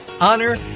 honor